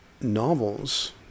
novels